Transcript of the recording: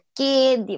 kid